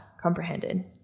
comprehended